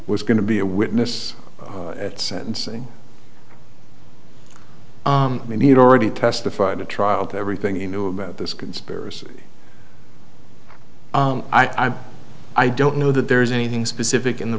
was going to be a witness at sentencing i mean he'd already testified at trial to everything he knew about this conspiracy i'm i don't know that there's anything specific in the